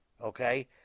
okay